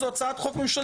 זו הצעת חוק ממשלתית,